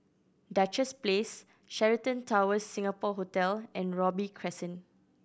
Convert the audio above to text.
Duchess Place Sheraton Towers Singapore Hotel and Robey Crescent